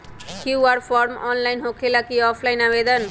QR form online होकेला कि offline आवेदन?